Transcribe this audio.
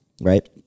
right